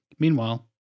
Meanwhile